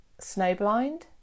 snowblind